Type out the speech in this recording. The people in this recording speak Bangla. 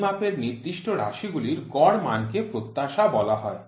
পরিমাপের নির্দিষ্ট রাশিগুলির গড় মানকে প্রত্যাশা বলা হয়